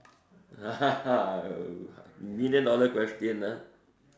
million dollar question ah